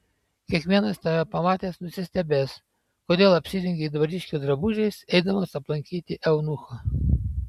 kiekvienas tave pamatęs nusistebės kodėl apsirengei dvariškio drabužiais eidamas aplankyti eunucho